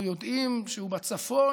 אנחנו יודעים שהוא בצפון,